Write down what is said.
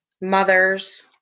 mothers